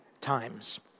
times